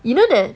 even that